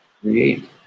create